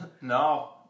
No